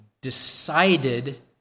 decided